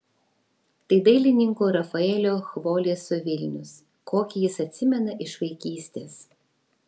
tai dailininko rafaelio chvoleso vilnius kokį jis atsimena iš vaikystės